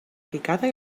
picada